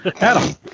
Adam